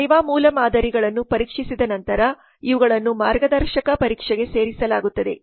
ಸೇವಾ ಮೂಲಮಾದರಿಗಳನ್ನು ಪರೀಕ್ಷಿಸಿದ ನಂತರ ಇವುಗಳನ್ನು ಮಾರ್ಗದರ್ಶಕ ಪರೀಕ್ಷೆಗೆ ಸೇರಿಸಲಾಗುತ್ತದೆ